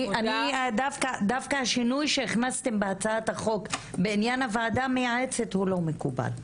דווקא השינוי שהכנסתם בהצעת החוק בעניין הוועדה המייעצת הוא לא מקובל,